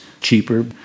cheaper